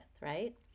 right